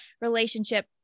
relationship